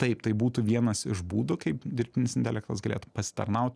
taip tai būtų vienas iš būdų kaip dirbtinis intelektas galėtų pasitarnaut